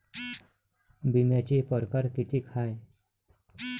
बिम्याचे परकार कितीक हाय?